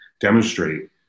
demonstrate